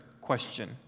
question